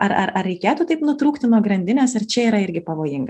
ar ar ar reikėtų taip nutrūkti nuo grandinės ar čia yra irgi pavojinga